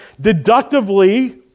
deductively